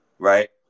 right